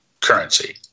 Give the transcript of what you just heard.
currency